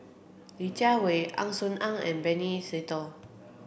Li Jiawei Ang Swee Aun and Benny Se Teo